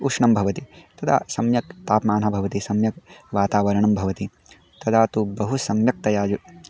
उष्णं भवति तदा सम्यक् तापमानः भवति सम्यक् वातावरणं भवति तदा तु बहु सम्यक्तया यः